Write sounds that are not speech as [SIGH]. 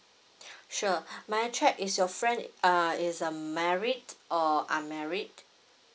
[BREATH] sure [BREATH] may I check is your friend uh is a married or unmarried